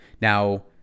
Now